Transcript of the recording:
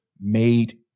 made